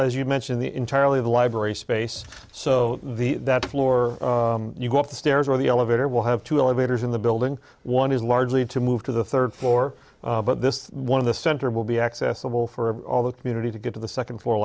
as you mentioned the entirely the library space so the that floor you go up the stairs where the elevator will have to elevators in the building one is largely to move to the third floor but this one of the center will be accessible for all the community to get to the second floor